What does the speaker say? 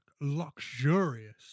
luxurious